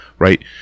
Right